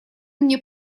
мне